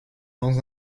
dans